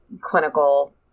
clinical